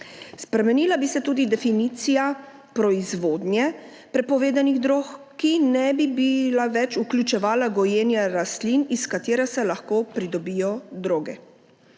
Spremenila bi se tudi definicija proizvodnje prepovedanih drog, ki ne bi več vključevala gojenja rastlin, iz katerih se lahko pridobijo droge.